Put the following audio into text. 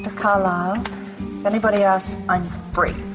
carlisle, if anybody asks i'm breach.